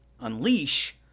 Unleash